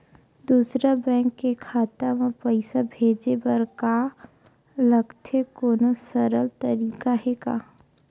दूसरा बैंक के खाता मा पईसा भेजे बर का लगथे कोनो सरल तरीका हे का?